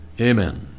Amen